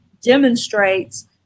demonstrates